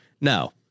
no